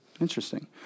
Interesting